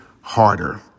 Harder